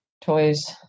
toys